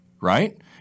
right